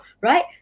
right